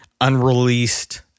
unreleased